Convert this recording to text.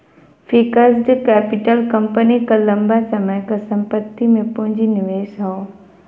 fixed capital company क लंबा समय क संपत्ति में पूंजी निवेश हौ